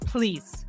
Please